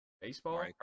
Baseball